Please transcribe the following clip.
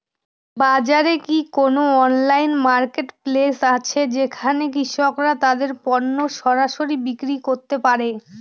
বাজারে কি কোন অনলাইন মার্কেটপ্লেস আছে যেখানে কৃষকরা তাদের পণ্য সরাসরি বিক্রি করতে পারে?